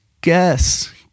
guess